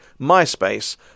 MySpace